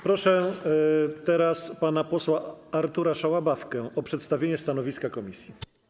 Proszę pana posła Artura Szałabawkę o przedstawienie stanowiska komisji.